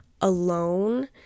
alone